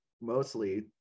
mostly